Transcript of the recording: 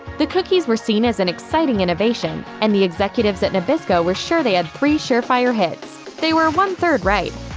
the cookies were seen as an exciting innovation, and the executives at nabisco were sure they had three surefire hits. they were one-third right.